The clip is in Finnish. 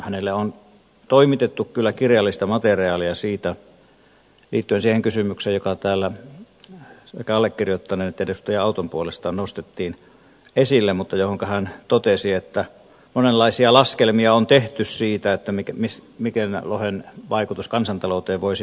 hänelle on toimitettu kyllä kirjallista materiaalia liittyen siihen kysymykseen joka täällä sekä allekirjoittaneen että edustaja auton puolesta nostettiin esille mutta johonka hän totesi että monenlaisia laskelmia on tehty siitä mikä lohen vaikutus kansantalouteen voisi olla